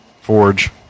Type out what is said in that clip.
forge